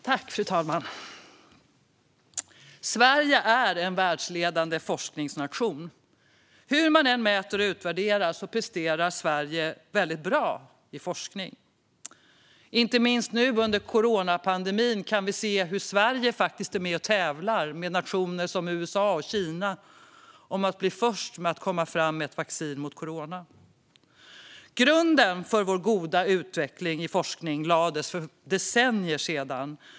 Fru talman! Sverige är en världsledande forskningsnation. Hur man än mäter och utvärderar presterar Sverige väldigt bra i forskning. Inte minst nu under coronapandemin kan vi se hur Sverige faktiskt är med och tävlar med nationer som USA och Kina om att bli först med att ta fram ett vaccin mot corona. Grunden för vår goda utveckling i forskning lades för decennier sedan.